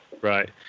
right